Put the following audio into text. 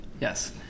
Yes